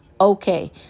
okay